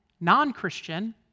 non-Christian